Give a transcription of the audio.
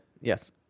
Yes